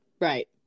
Right